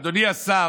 אדוני השר,